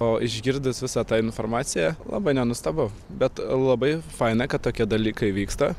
o išgirdus visą tą informaciją labai nenustebau bet labai faina kad tokie dalykai vyksta